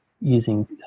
using